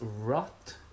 rot